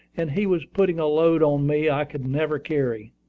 and he was putting a load on me i could never carry.